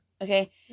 Okay